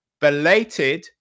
belated